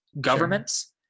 governments